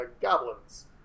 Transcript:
goblins